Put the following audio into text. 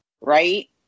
Right